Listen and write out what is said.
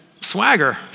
swagger